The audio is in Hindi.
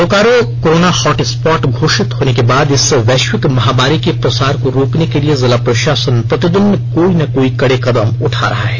बोकारो कोरोना हॉटस्पॉट घोषित होने के बाद इस वैश्विक महामारी के प्रसार को रोकने के लिए जिला प्रशासन प्रतिदिन कोई न कोई कड़े कदम उठा रहा है